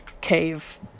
cave